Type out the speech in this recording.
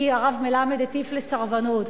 כי הרב מלמד הטיף לסרבנות.